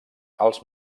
els